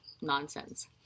nonsense